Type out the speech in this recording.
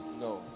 No